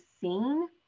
seen